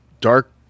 dark